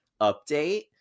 update